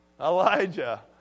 Elijah